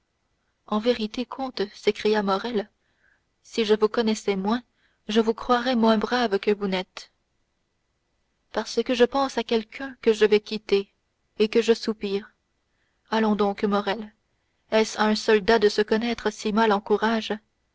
en vérité comte s'écria morrel si je vous connaissais moins je vous croirais moins brave que vous n'êtes parce que je pense à quelqu'un que je vais quitter et que je soupire allons donc morrel est-ce à un soldat de se connaître si mal en courage